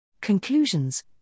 Conclusions